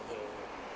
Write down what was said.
okay okay